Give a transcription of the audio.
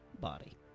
body